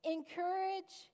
Encourage